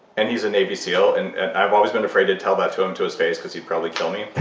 and he's a navy seal, and i've always been afraid to tell that to him to his face, because he'd probably kill me,